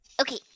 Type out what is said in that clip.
okay